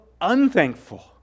unthankful